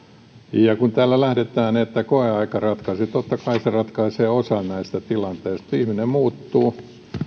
ja kun täällä lähdetään siitä että koeaika ratkaisee totta kai se ratkaisee osan näistä tilanteista ihminen muuttuu